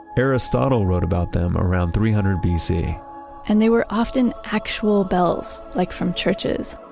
aristotle wrote about them around three hundred bc and they were often actual bells like from churches.